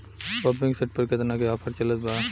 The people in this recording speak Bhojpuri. पंपिंग सेट पर केतना के ऑफर चलत बा?